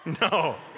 no